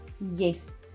Yes